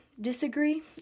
disagree